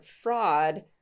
fraud